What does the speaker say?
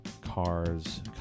cars